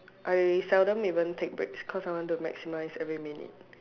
I seldom even take breaks cause I want to maximise every minute